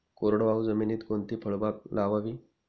कोरडवाहू जमिनीत कोणती फळबाग लावावी?